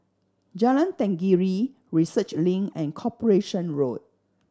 Jalan Tenggiri Research Link and Corporation Road